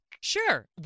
Sure